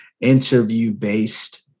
interview-based